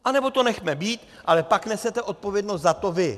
Nebo to nechme být, ale pak nesete odpovědnost za to vy.